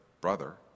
brother